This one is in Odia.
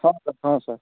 ହଁ ସାର୍ ହଁ ସାର୍